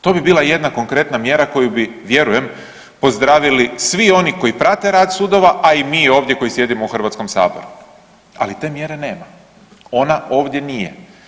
To bi bila jedna konkretna mjera koju bi vjerujem pozdravili svi oni koji prate rad sudova, a i mi ovdje koji sjedimo u Hrvatskom saboru, ali te mjere nema, ona ovdje nije.